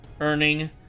Earning